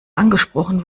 angesprochen